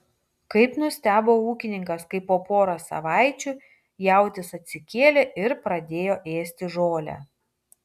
kaip nustebo ūkininkas kai po poros savaičių jautis atsikėlė ir pradėjo ėsti žolę